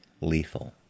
lethal